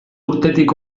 urtetik